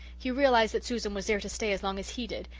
he realized that susan was there to stay as long as he did,